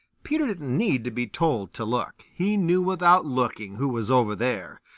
peter didn't need to be told to look. he knew without looking who was over there.